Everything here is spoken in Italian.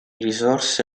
risorse